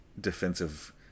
defensive